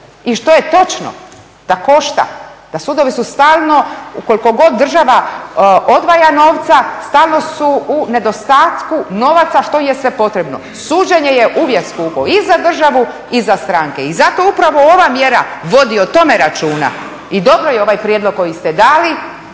i što je točno da košta, da sudovi su stalno koliko god država odvaja novca stalno su u nedostatku novaca što im je sve potrebno. Suđenje je uvijek skupo i za državu i za stranke. I zato upravo ova mjera vodi o tome računa i dobro je ovaj prijedlog koji ste dali.